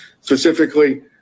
Specifically